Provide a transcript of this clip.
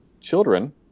children